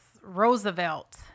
Roosevelt